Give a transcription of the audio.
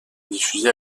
diffusée